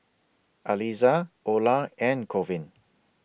Aliza Ola and Colvin